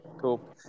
cool